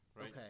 Okay